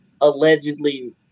allegedly